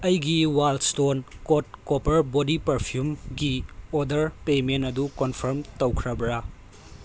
ꯑꯩꯒꯤ wild stone code copper body ꯄꯥꯔꯐꯤꯌꯨꯝꯒꯤ order payment ꯑꯗꯨ ꯀꯣꯟꯐꯥꯔ꯭ꯝ ꯇꯧꯈ꯭ꯔꯕꯔꯥ